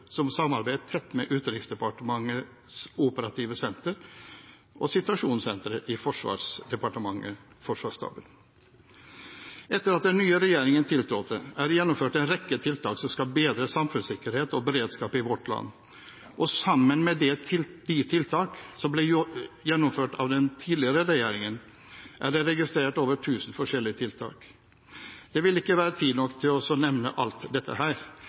som samarbeider tett med Utenriksdepartementets operative senter og situasjonssenteret i Forsvarsdepartementet/Forsvarsstaben. Etter at den nye regjeringen tiltrådte, er det gjennomført en rekke tiltak som skal bedre samfunnssikkerheten og beredskapen i vårt land, og sammen med de tiltak som ble gjennomført av den tidligere regjeringen, er det registrert over 1 000 forskjellige tiltak. Det vil ikke være tid nok til å nevne alt dette her,